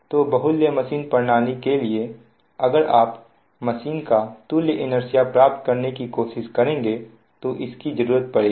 तो बहुल्य मशीन प्रणाली के लिए अगर आप मशीन का तुल्य इनेर्सिया प्राप्त करने की कोशिश करेंगे तो इसकी जरूरत पड़ेगी